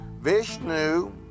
Vishnu